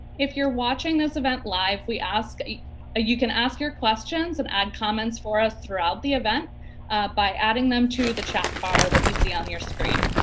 if you're watching this event live we ask ah you can ask your questions and add comments for us throughout the event by adding them to the chat bar that you see on your screen.